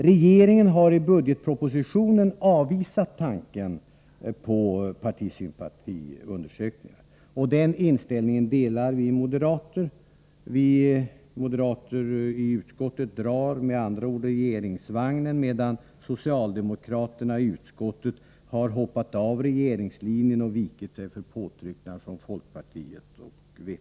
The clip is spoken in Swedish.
Regeringen har i budgetpropositionen avvisat tanken på partisympatiundersökningar, och den inställningen delas av oss moderater. Vi moderater i utskottet drar med andra ord regeringsvagnen, medan socialdemokraterna i utskottet har hoppat av regeringslinjen och vikit sig för påtryckningar från folkpartiet och vpk.